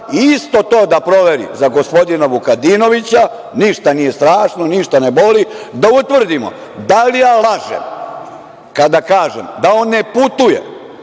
to da proveri za gospodina Vukadinovića, ništa nije strašno, ništa ne boli. Da utvrdimo da li ja lažem kada kažem – on ne putuje